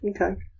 Okay